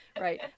right